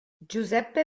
giuseppe